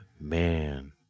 Man